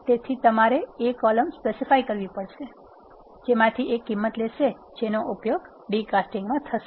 તેથી તમારે એ કોલમ સ્પેસીફાઈ કરવી પડશે જેમાંથી એ કિંમત લેશે જેનો ઉપયોગ d casting માં થશે